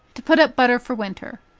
to put up butter for winter.